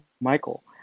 Michael